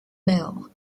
bell